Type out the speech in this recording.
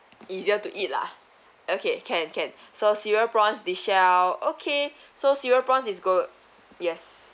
easier to eat lah okay can can so cereal prawns deshell okay so cereal prawns is good yes